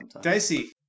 Dicey